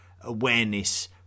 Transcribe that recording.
awareness